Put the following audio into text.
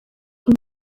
این